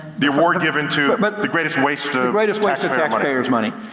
the award given to the greatest waste greatest waste of taxpayer's money?